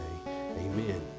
amen